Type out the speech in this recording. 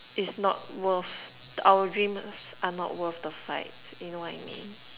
it's not worth our dreams are not worth the fight you know what I mean